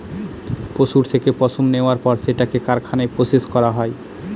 পশুর থেকে পশম নেওয়ার পর সেটাকে কারখানায় প্রসেস করা হয়